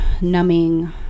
numbing